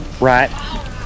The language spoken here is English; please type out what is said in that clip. right